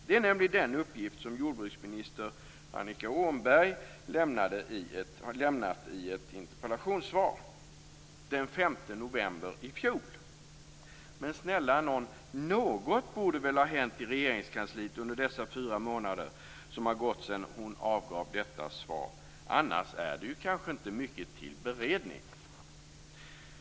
Det är nämligen denna uppgift som jordbruksminister Annika Åhnberg har lämnat i ett interpellationssvar den 5 november i fjol. Men snälla nån, något borde väl ha hänt i Regeringskansliet under de fyra månader som har gått sedan hon avgav detta svar. Annars är det inte mycket till beredning.